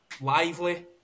lively